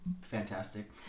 Fantastic